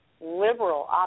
liberal